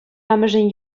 амӑшӗн